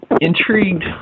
intrigued